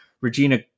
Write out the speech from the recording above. Regina